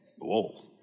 Whoa